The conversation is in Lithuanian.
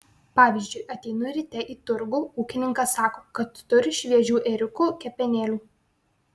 pavyzdžiui ateinu ryte į turgų ūkininkas sako kad turi šviežių ėriukų kepenėlių